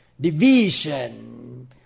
division